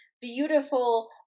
beautiful